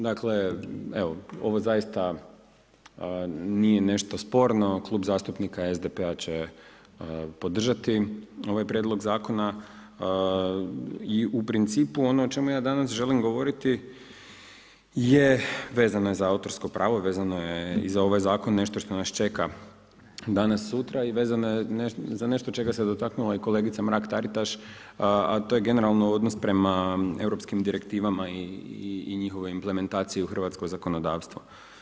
Dakle evo, ovo zaista nije nešto sporno, Klub zastupnika SDP-a će podržati ovaj prijedlog zakona i u principu ono o čemu ja danas želim govoriti je vezano je za autorsko pravo i vezano je i za ovaj zakon, nešto što nas čeka danas sutra i vezano je za nešto čega se dotaknula i kolegica Mrak-Taritaš, a to je generalno odnos prema Europskim direktivama i njihove implementacije u Hrvatsko zakonodavstvo.